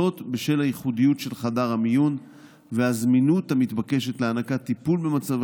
בשל הייחודיות של חדר המיון והזמינות המתבקשת להענקת טיפול במצבי